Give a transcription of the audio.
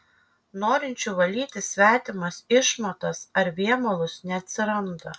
norinčių valyti svetimas išmatas ar vėmalus neatsiranda